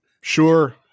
Sure